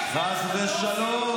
מה אתה מקשקש?